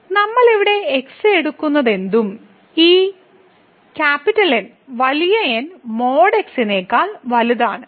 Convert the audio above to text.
നമ്മൾ ഇവിടെ x എടുക്കുന്നതെന്തും ഈ N വലിയ N | x | നേക്കാൾ വലുതാണ്